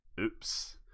Oops